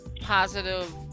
positive